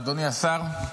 אדוני השר,